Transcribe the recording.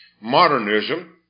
modernism